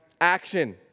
action